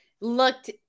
looked